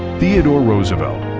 theodore roosevelt,